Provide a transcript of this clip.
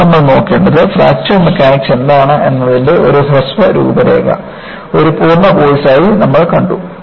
ഇപ്പോൾ നമ്മൾ നോക്കേണ്ടത് ഫ്രാക്ചർ മെക്കാനിക്സ് എന്താണെന്നതിന്റെ ഒരു ഹ്രസ്വ രൂപരേഖ ഒരു പൂർണ്ണ കോഴ്സായി നമ്മൾ കണ്ടു